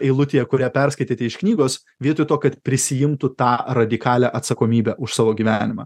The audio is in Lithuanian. eilutėje kurią perskaitėte iš knygos vietoj to kad prisiimtų tą radikalią atsakomybę už savo gyvenimą